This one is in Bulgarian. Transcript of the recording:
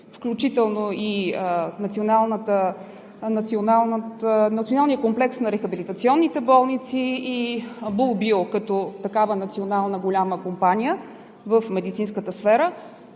включително и Националния комплекс на рехабилитационните болници е Бул Био. Като такава национална голяма компания в медицинската сфера,